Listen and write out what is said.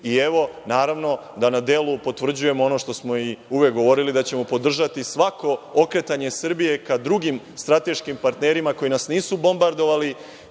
i evo, naravno, da na delu potvrđujemo ono što smo uvek i govorili, da ćemo podržati svako okretanje Srbije ka drugim strateškim partnerima koji nas nisu bombardovali,